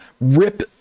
rip